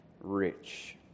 rich